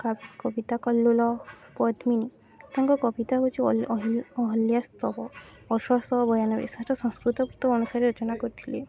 କ କବିତା କଲ୍ଲୋଲ ପଦ୍ମିନୀ ତାଙ୍କ କବିତା ହଉଚି ଅହଲ୍ୟା ସ୍ତବ ଅଠରଶହ ବୟାନବେ ସେଇଟା ସଂସ୍କୃତ ଗୀତ ଅନୁସାରେ ରଚନା କରିଥିଲେ